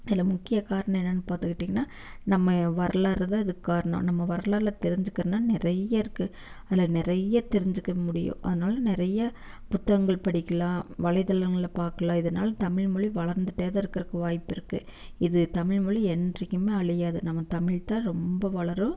இதில் முக்கிய காரணம் என்னென்னு பார்த்துக்கிட்டிங்கன்னா நம்ம வரலாறுதான் இதுக்கு காரணம் நம்ம வரலாறில் தெரிஞ்சுக்கணுனால் நிறைய இருக்குது அதில் நிறைய தெரிஞ்சுக்க முடியும் அதனால நிறைய புத்தகங்கள் படிக்கலாம் வலைதளங்களில் பார்க்கலாம் இதனால் தமிழ் மொழி வளந்துகிட்டேதான் இருக்கிறதுக்கு வாய்ப்பிருக்கு இது தமிழ் மொழி என்றைக்குமே அழியாது நம்ம தமிழ்த்தான் ரொம்ப வளரும்